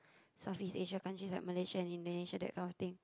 Southeast Asia country like Malaysia and Indonesia that kind of thing